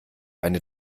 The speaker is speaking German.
eine